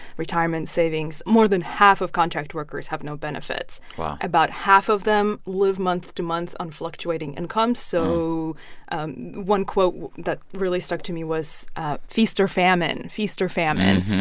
retirement savings. more than half of contract workers have no benefits wow about half of them live month to month on fluctuating income. so one quote that really stuck to me was ah feast or famine. feast or famine,